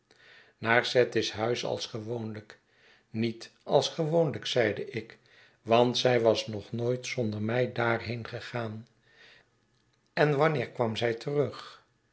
naar satis huis als gewoonlijk niet als gewoonlijk zeide ik want zij was nog nooit zonder mij daarheen gegaan en wanneer kwam zij terug